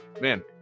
man